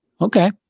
Okay